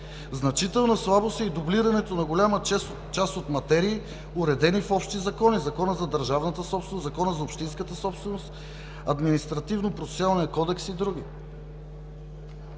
Значителна слабост е и дублирането на голяма част от материи, уредени в общи закони – Закона за държавната собственост, Закона за общинската собственост, Административнопроцесуалния кодекс и други.